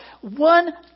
one